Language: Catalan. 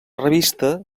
revista